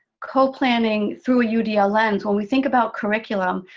co-planning through a yeah udl lens. when we think about curriculum,